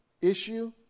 issue